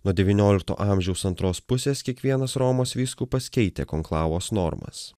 nuo devyniolikto amžiaus antros pusės kiekvienas romos vyskupas keitė konklavos normas